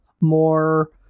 more